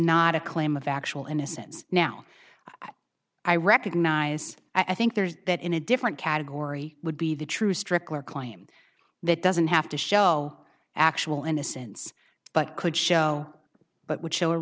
not a claim of actual innocence now i recognize i think there's that in a different category would be the true strickler claim that doesn't have to show actual innocence but could show but would show a